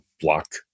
block